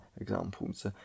examples